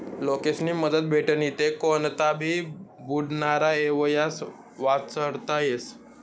लोकेस्नी मदत भेटनी ते कोनता भी बुडनारा येवसाय वाचडता येस